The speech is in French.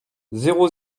zéro